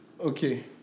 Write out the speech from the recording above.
Okay